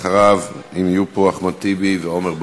אחריו, אם יהיו פה, אחמד טיבי ועמר בר-לב.